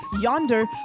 yonder